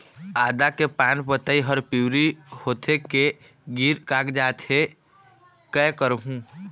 आदा के पान पतई हर पिवरी होथे के गिर कागजात हे, कै करहूं?